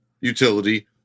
utility